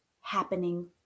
happening